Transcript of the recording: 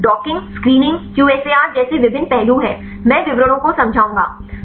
तो docking screening QSAR जैसे विभिन्न पहलू हैं मैं विवरणों को समझाऊंगा